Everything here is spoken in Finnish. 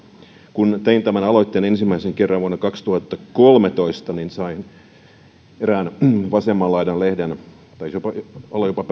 kun tein tämän aloitteen ensimmäisen kerran vuonna kaksituhattakolmetoista sain kuulla eräästä vasemman laidan lehdestä taisi olla jopa